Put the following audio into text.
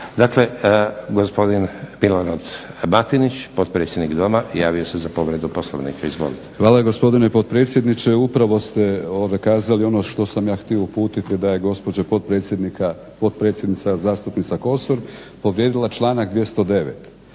Dakle, gospodin Milorad Batinić potpredsjednik Doma javio se za povredu Poslovnika. Izvolite. **Batinić, Milorad (HNS)** Hvala gospodine potpredsjedniče. Upravo ste kazali ono što sam ja htio uputiti da je gospođa potpredsjednica zastupnica Kosor povrijedila članak 209.